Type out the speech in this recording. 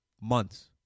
months